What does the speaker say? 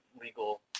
legal